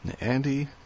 Andy